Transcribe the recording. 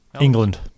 England